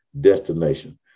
destination